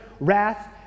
Wrath